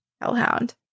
hellhound